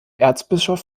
erzbischof